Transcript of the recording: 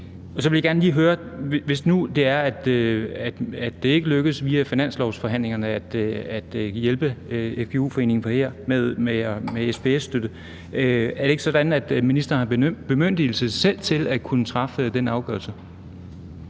Så vil jeg gerne lige høre: Hvis nu det ikke lykkes via finanslovsforhandlingerne at hjælpe FGU Danmark med SPS-støtte, er det så ikke sådan, at ministeren har bemyndigelse til selv at kunne træffe den afgørelse?